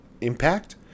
impact